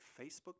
Facebook